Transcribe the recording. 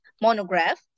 monograph